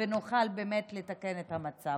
ונוכל באמת לתקן את המצב.